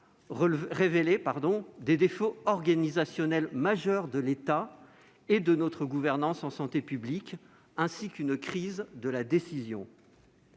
révélé des défauts organisationnels majeurs de l'État et de notre gouvernance en matière de santé publique, ainsi qu'une crise de la décision.